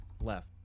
Left